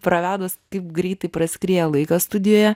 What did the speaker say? pravedus kaip greitai praskrieja laikas studijoje